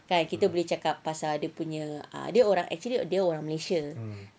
kan kita boleh cakap pasal kita punya actually dia orang malaysia